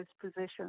positions